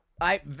I-